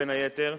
בין היתר,